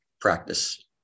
practice